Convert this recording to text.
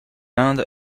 inde